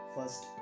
First